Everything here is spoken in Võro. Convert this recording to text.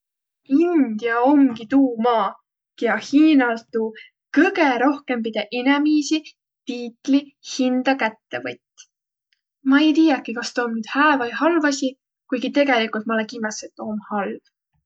India omgi tuu maa, kiä Hiinalt tuu kõgõ rohkõmbide inemiisi tiitli hindä kätte võtt'. Ma ei tiiäki, kas tuu om nüüd hää vai halv asi, kuigi tegelikult ma olõ kimmäs, et tuu om halv.